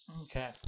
Okay